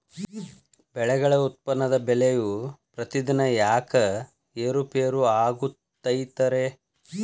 ಬೆಳೆಗಳ ಉತ್ಪನ್ನದ ಬೆಲೆಯು ಪ್ರತಿದಿನ ಯಾಕ ಏರು ಪೇರು ಆಗುತ್ತೈತರೇ?